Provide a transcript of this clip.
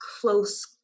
close